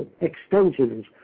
extensions